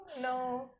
No